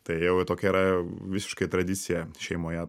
tai jau tokia yra visiškai tradicija šeimoje